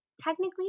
technically